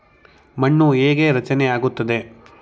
ಮಣ್ಣು ಹೇಗೆ ರಚನೆ ಆಗುತ್ತದೆ?